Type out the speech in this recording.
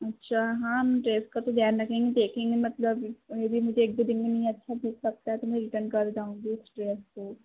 अच्छा हम ड्रेस का तो ध्यान रखेंगे देखेंगे मतलब ओह भी मुझे एक दो दिन में नी अच्छा दिख सकता है तो मैं रिटन कर जाऊँगी इस ड्रेस को